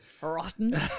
rotten